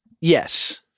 Yes